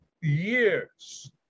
years